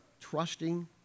trusting